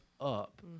up